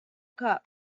cup